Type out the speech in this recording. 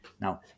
Now